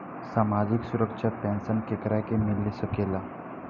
सामाजिक सुरक्षा पेंसन केकरा के मिल सकेला?